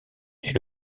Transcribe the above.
est